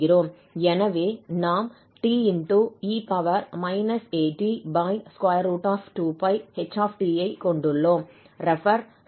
எனவே நாம் te at2πH ஐ கொண்டுள்ளோம்